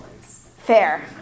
Fair